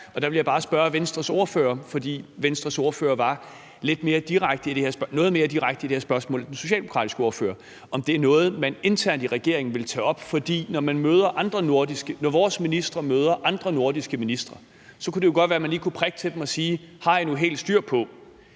og der vil jeg bare spørge Venstres ordfører, fordi Venstres ordfører var noget mere direkte i det her spørgsmål end den socialdemokratiske ordfører, om det er noget, man internt i regeringen vil tage op. For når vores ministre møder andre nordiske ministre, kunne det jo godt være, man lige kunne prikke til dem og sige: Har I nu helt styr på